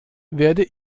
werde